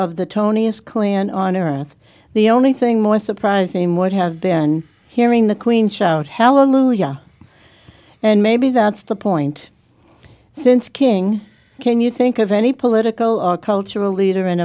of the tony is clear and on earth the only thing more surprising would have been hearing the queen shout hallelujah and maybe that's the point since king can you think of any political or cultural leader